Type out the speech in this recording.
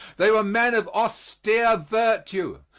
they were men of austere virtue,